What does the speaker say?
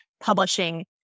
publishing